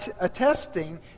attesting